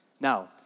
Now